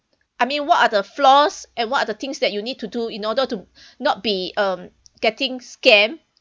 I mean what other flaws and what are the things that you need to do in order to not be um getting scam